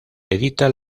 edita